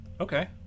Okay